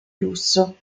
lusso